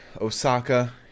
Osaka